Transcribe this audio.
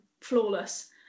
flawless